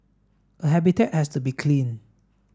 a habitat has to be clean